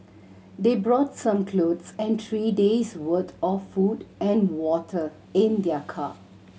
they brought some clothes and three days' worth of food and water in their car